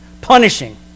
punishing